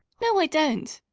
no, i don't.